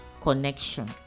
connection